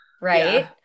right